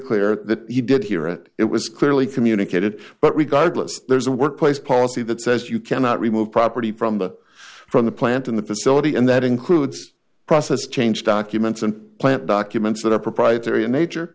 clear that he did hear it it was clearly communicated but regardless there's a workplace policy that says you cannot remove property from the from the plant in the facility and that includes process change documents and plant documents that are proprietary in nature